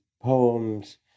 poems